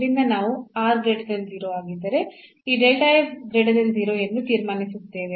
ಇಲ್ಲಿಂದ ನಾವು ಆಗಿದ್ದರೆ ಈ ಎಂದು ತೀರ್ಮಾನಿಸುತ್ತೇವೆ